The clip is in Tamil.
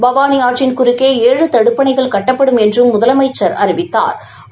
பவானி ஆற்றின் குறுக்கே ஏழு தடுப்பணைகள் கட்டப்படும் என்றும் முதலமைச்சா் அறிவித்தாா்